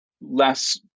Less